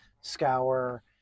Scour